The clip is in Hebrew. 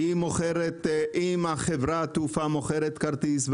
אם חברת התעופה מוכרת כרטיס,